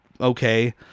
okay